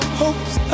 hopes